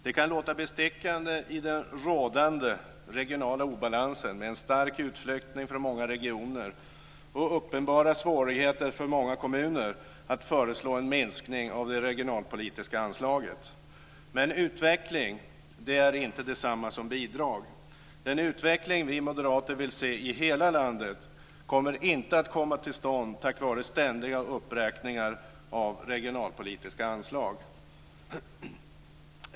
Det kan låta bestickande i den rådande regionala obalansen, med en stark utflyttning från många regioner och uppenbara svårigheter för många kommuner, att föreslå en minskning av det regionalpolitiska anslaget. Men utveckling är inte detsamma som bidrag. Den utveckling vi moderater vill se i hela landet kommer inte att komma till stånd tack vare ständiga uppräkningar av regionalpolitiska anslag.